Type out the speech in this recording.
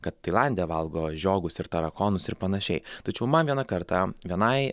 kad tailande valgo žiogus ir tarakonus ir panašiai tačiau man vieną kartą vienai